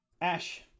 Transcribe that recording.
Ash